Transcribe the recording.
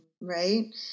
right